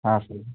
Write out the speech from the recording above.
हाँ सर